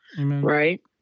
right